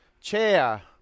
chair